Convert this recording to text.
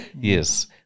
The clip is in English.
Yes